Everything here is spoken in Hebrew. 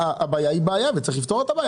הבעיה היא בעיה וצריך לפתור אותה.